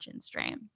strain